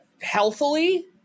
healthily